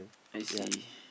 I see